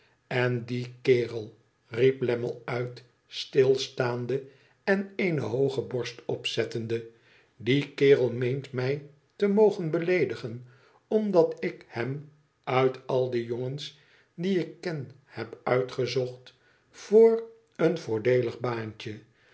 en die kerel riep lammie uit stqstaande en eene hooge borst opzettende die kerel meent mij te mogen beleedigen omdat ik hem uit al de jongens die ik ken heb uitgezocht voor een voordeelig baantje